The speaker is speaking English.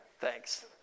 Thanks